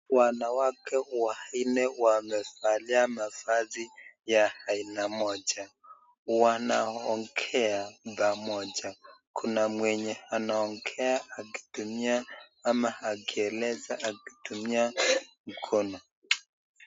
Wanawake wanne waliovalia mavazi ya aina moja, wanaongea pamoja kuna mwenye anaongea ama akieleza akitumia mkono.